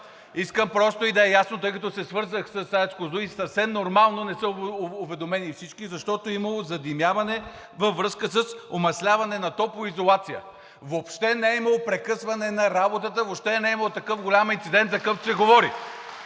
искам просто да е ясно, тъй като се свързах с АЕЦ „Козлодуй“, и съвсем нормално не са уведомени всички, защото е имало задимяване във връзка с омасляване на топлоизолация. Въобще не е имало прекъсване на работата, въобще не е имало такъв голям инцидент, за какъвто се говори.